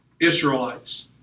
Israelites